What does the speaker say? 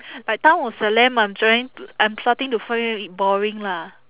like Town of Salem I'm trying t~ I'm starting to find it boring lah